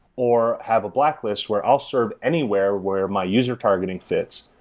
or have a blacklist where i'll serve anywhere where my user targeting fits,